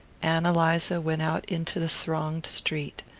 ann eliza went out into the thronged street.